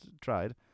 tried